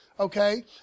Okay